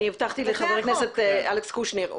אני הבטחתי לחבר הכנסת אלכס קושניר,